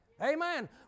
Amen